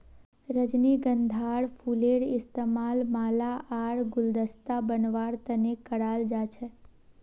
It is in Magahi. रजनीगंधार फूलेर इस्तमाल माला आर गुलदस्ता बनव्वार तने कराल जा छेक